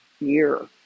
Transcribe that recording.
year